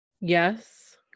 Yes